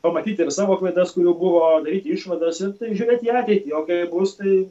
pamatyti ir savo klaidas kurių buvo daryti išvadas ir tai žiūrėti į ateitį o kaip bus tai